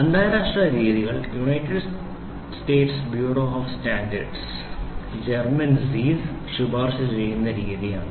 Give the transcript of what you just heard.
അന്താരാഷ്ട്ര രീതികൾ united states bureau of standard German സീസ് German ശുപാർശ ചെയ്യുന്ന രീതിയാണ്